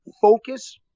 focus